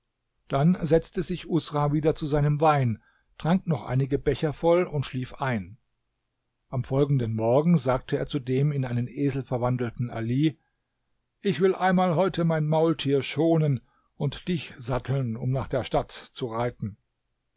dann setzte sich usra wieder zu seinem wein trank noch einige becher voll und schlief ein am folgenden morgen sagte er zu dem in einen esel verwandelten ali ich will einmal heute mein maultier schonen und dich satteln um nach der stadt zu reiten